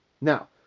Now